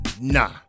nah